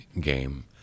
game